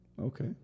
okay